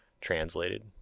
Translated